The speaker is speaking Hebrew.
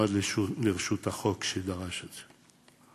עמד לרשות החוק, שדרש את זה.